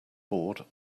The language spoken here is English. board